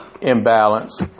imbalance